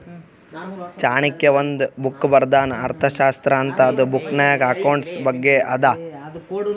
ಚಾಣಕ್ಯ ಒಂದ್ ಬುಕ್ ಬರ್ದಾನ್ ಅರ್ಥಶಾಸ್ತ್ರ ಅಂತ್ ಇದು ಬುಕ್ನಾಗ್ ಅಕೌಂಟ್ಸ್ ಬಗ್ಗೆ ಅದಾ